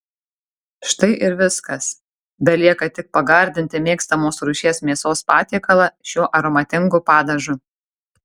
štai ir viskas belieka tik pagardinti mėgstamos rūšies mėsos patiekalą šiuo aromatingu padažu